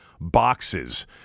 boxes